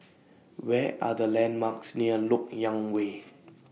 What Are The landmarks near Lok Yang Way